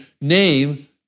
name